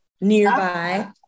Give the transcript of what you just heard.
nearby